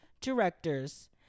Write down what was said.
directors